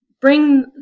bring